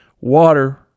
water